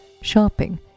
shopping